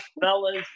fellas